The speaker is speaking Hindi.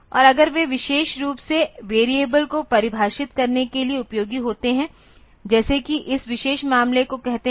और अगर वे विशेष रूप से वेरिएबल को परिभाषित करने के लिए उपयोगी होते हैं जैसे कि इस विशेष मामले को कहते हैं